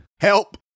help